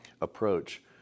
approach